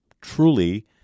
truly